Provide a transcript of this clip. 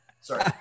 Sorry